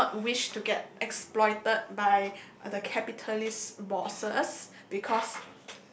I do not wish to get exploited by the capitalist bosses because